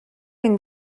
این